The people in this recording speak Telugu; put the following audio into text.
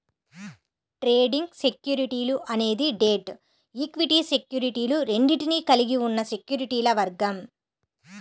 ట్రేడింగ్ సెక్యూరిటీలు అనేది డెట్, ఈక్విటీ సెక్యూరిటీలు రెండింటినీ కలిగి ఉన్న సెక్యూరిటీల వర్గం